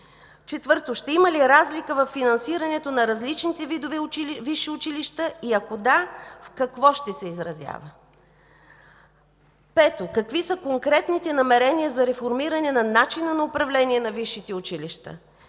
ще има ли разлика във финансирането на различните видове висши училища и ако да, в какво ще се изразява? Пето, какви са конкретните намерения за реформиране на начина на управление на висшите училища